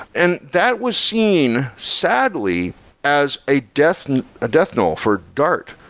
and that was seen sadly as a deathknell ah deathknell for dart,